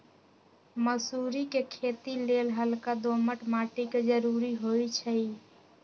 मसुरी कें खेति लेल हल्का दोमट माटी के जरूरी होइ छइ